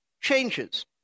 changes